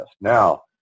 Now